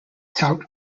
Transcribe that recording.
tout